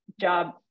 job